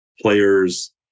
players